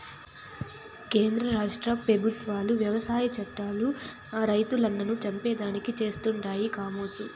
కేంద్ర రాష్ట్ర పెబుత్వాలు వ్యవసాయ చట్టాలు రైతన్నలను చంపేదానికి చేస్తండాయి కామోసు